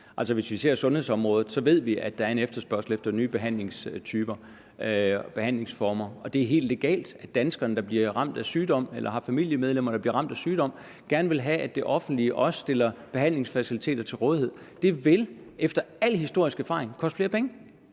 penge. Hvis vi ser på sundhedsområdet, ved vi altså, at der er en efterspørgsel efter nye behandlingstyper og behandlingsformer. Og det er helt legalt, at danskere, der bliver ramt af sygdom eller har familiemedlemmer, der bliver ramt af sygdom, gerne vil have, at det offentlige også stiller behandlingsfaciliteter til rådighed. Det vil efter al historisk erfaring koste flere penge.